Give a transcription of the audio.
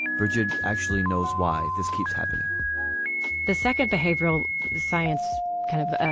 brigid actually knows why this keeps happening the second behavioral science kind of